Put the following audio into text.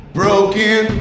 broken